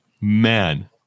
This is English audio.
Man